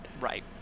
Right